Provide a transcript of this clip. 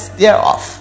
thereof